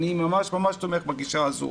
אני ממש תומך בגישה הזו,